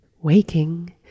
Waking